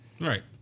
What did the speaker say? Right